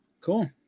Cool